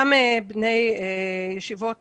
גם בני ישיבות